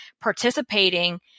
participating